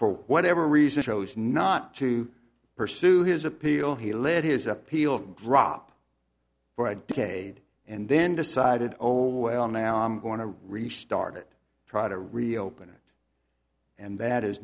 for whatever reason chose not to pursue his appeal he led his appeal drop for a decade and then decided oh well now i'm going to restart it try to reopen it and that is